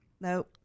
no